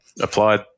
applied